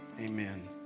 amen